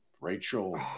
Rachel